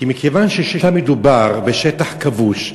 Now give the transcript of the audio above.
כי מכיוון ששם מדובר בשטח כבוש,